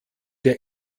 der